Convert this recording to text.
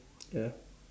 ya